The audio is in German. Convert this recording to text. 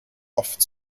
oft